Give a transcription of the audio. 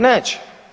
Neće!